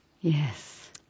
Yes